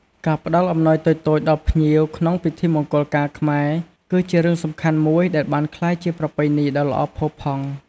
ការផ្តល់អំណោយតូចៗដល់ភ្ញៀវក្នុងពិធីមង្គលការខ្មែរ គឺជារឿងសំខាន់មួយដែលបានក្លាយជាប្រពៃណីដ៏ល្អផូរផង់។